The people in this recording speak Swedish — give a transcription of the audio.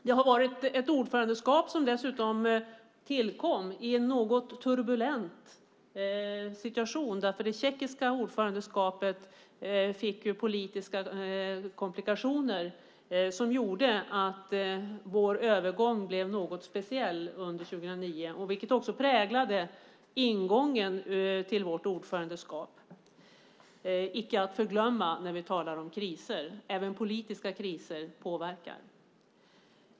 Det var ett ordförandeskap som dessutom tillkom i en något turbulent situation eftersom det tjeckiska ordförandeskapet fick politiska komplikationer som gjorde att övergången blev något speciell under 2009. Det präglade ingången till vårt ordförandeskap. Detta är icke att förglömma när vi talar om kriser. Även politiska kriser påverkar.